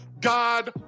God